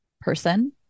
person